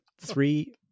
three